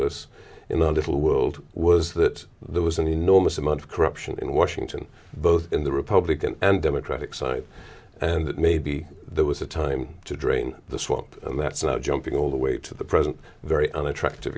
us in a little world was that there was an enormous amount of corruption in washington both in the republican and democratic side and that maybe there was a time to drain the swamp and that's not jumping all the way to the present very unattractive